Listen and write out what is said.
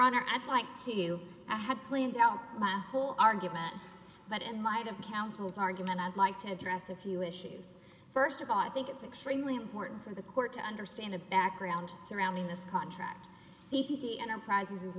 honor i'd like to you i had planned out my whole argument but in might have counseled argument i'd like to address a few issues st of all i think it's extremely important for the court to understand the background surrounding this contract he enterprises is